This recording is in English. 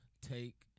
take